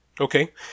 Okay